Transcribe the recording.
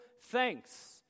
thanks